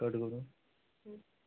cut करूं